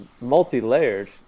multi-layered